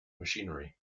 machinery